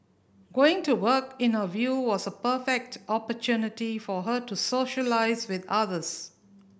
going to work in the view was a perfect opportunity for her to socialise with others